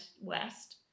west